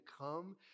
come